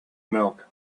milk